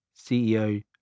CEO